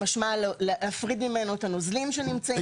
משמע להפריד ממנו את הנוזלים שנמצאים.